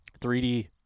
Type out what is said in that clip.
3D –